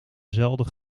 zelden